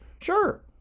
Sure